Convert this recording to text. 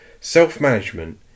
Self-management